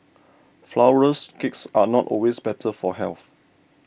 Flourless Cakes are not always better for health